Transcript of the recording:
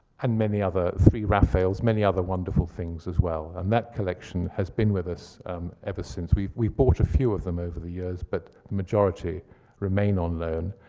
and many other, three rafaels, many other wonderful things as well. um that collection has been with us ever since we've we've bought a few of them over the years, but the majority remain on loan.